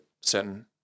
certain